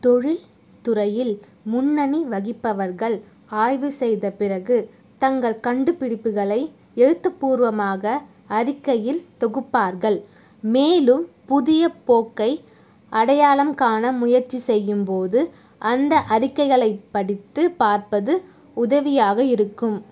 தொழில் துறையில் முன்னணி வகிப்பவர்கள் ஆய்வு செய்த பிறகு தங்கள் கண்டுபிடிப்புகளை எழுத்து பூர்வமாக அறிக்கையில் தொகுப்பார்கள் மேலும் புதிய போக்கை அடையாளம் காண முயற்சி செய்யும் போது அந்த அறிக்கைகளை படித்து பார்ப்பது உதவியாக இருக்கும்